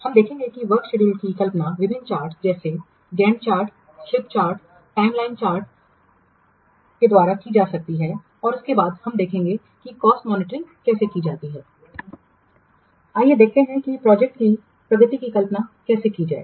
हम देखेंगे कि वर्क शेड्यूल की कल्पना विभिन्न चार्ट जैसे Gantt chart slip chart timeline chart के द्वारा की जा की जा सकती है और उसके बाद हम देखेंगे की मूल्य की निगरानी कैसे की जाती है आइए देखते हैं कि किसी प्रोजेक्ट की प्रगति की कल्पना कैसे की जाए